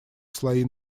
слои